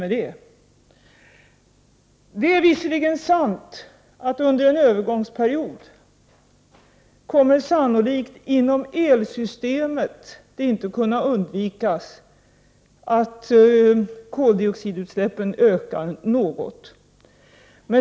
Det är visserligen sant att det under en övergångsperiod inom elsystemet inte kommer att kunna undvikas att koldioxidutsläppen ökar något.